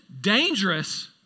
dangerous